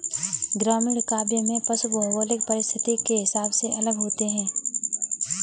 ग्रामीण काव्य में पशु भौगोलिक परिस्थिति के हिसाब से अलग होते हैं